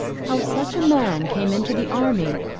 how such a man came into the army,